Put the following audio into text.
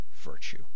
virtue